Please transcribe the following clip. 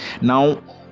now